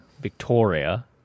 Victoria